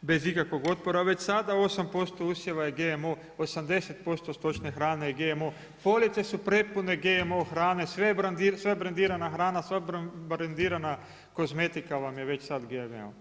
bez ikakvog otpora već sada 8% usjeva je GMO, 80% stočne hrane je GMO, police su prepune GMO hrane, sve je brendirana hrana, sva brendirana kozmetika vam je već sad GMO.